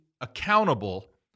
accountable